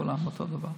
כולן אותו דבר.